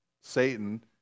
Satan